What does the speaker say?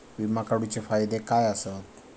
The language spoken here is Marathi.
विमा काढूचे फायदे काय आसत?